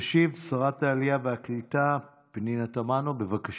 תשיב שרת העלייה והקליטה פנינה תמנו, בבקשה.